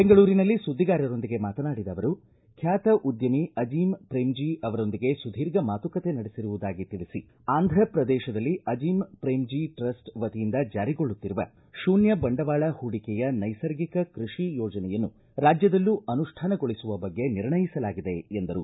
ಬೆಂಗಳೂರಿನಲ್ಲಿ ಸುದ್ದಿಗಾರರೊಂದಿಗೆ ಮಾತನಾಡಿದ ಅವರು ಖ್ಯಾತ ಉದ್ದಮಿ ಅಜೀಂ ಪ್ರೇಮ್ಜೀ ಅವರೊಂದಿಗೆ ಸುದೀರ್ಘ ಮಾತುಕತೆ ನಡೆಸಿರುವುದಾಗಿ ತಿಳಿಸಿ ಆಂದ್ರ ಪ್ರದೇಶದಲ್ಲಿ ಅಜೀಂ ಪ್ರೇಮ್ಜೀ ಟ್ರಸ್ಟ್ ವತಿಯಿಂದ ಜಾರಿಗೊಳ್ಳುತ್ತಿರುವ ಶೂನ್ಯ ಬಂಡವಾಳ ಹೂಡಿಕೆಯ ನೈಸರ್ಗಿಕ ಕೃಷಿ ಯೋಜನೆಯನ್ನು ರಾಜ್ಯದಲ್ಲೂ ಅನುಷ್ಠಾನಗೊಳಿಸುವ ಬಗ್ಗೆ ನಿರ್ಣಯಿಸಲಾಗಿದೆ ಎಂದರು